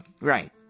Right